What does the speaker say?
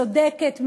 צודקת,